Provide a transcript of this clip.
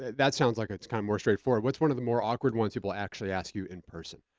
that sounds like it's kind of more straightforward. what's one of the more awkward ones people actually ask you in person?